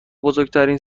بزرگترین